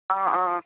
অ অ